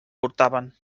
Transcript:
portaven